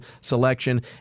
selection